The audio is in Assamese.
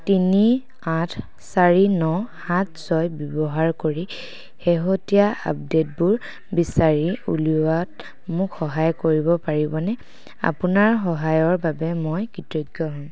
তিনি আঠ চাৰি ন সাত ছয় ব্যৱহাৰ কৰি শেহতীয়া আপডেটবোৰ বিচাৰি উলিওৱাত মোক সহায় কৰিব পাৰিবনে আপোনাৰ সহায়ৰ বাবে মই কৃতজ্ঞ হ'ম